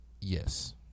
yes